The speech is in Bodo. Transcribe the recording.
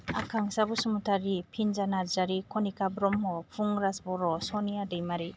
आकांशा बसुमतारी फिनजा नार्जारी कनिका ब्रह्म फुंराज बर' सनिया दैमारी